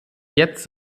jetzt